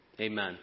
amen